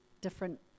different